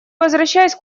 возвращаюсь